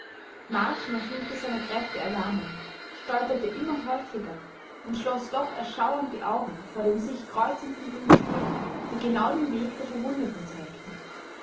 marschner fühlte seine kräfte erlahmen stolperte immer häufiger und schloß doch erschauernd die augen vor den sich kreuzenden blutspuren die genau den weg der verwundeten zeigten